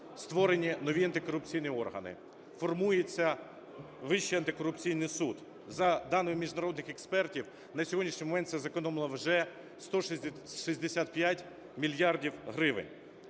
створені нові антикорупційні органи, формується Вищий антикорупційний суд. За даними міжнародних експертів на сьогоднішній момент це зекономило вже 165 мільярдів гривень.